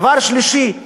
דבר שלישי,